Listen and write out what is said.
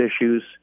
issues